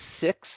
six